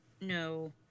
no